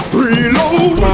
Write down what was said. reload